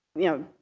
you know,